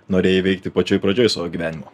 norėjai veikti pačioj pradžioj gyvenimo